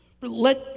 let